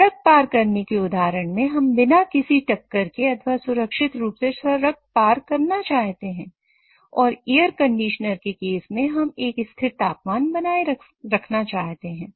सड़क पार करने के उदाहरण में हम बिना किसी टक्कर के अथवा सुरक्षित रूप से सड़क पार करना चाहते हैं और एयर कंडीशनर के केस में हम एक स्थिर तापमान बनाए रखना चाहते हैं